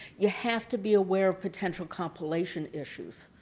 you have to be aware of potential compilation issues.